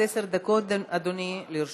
עד עשר דקות, אדוני, לרשותך.